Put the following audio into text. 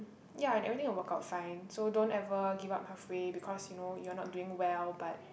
ya and everything work out fine so don't ever give up of free because you know you are not doing well but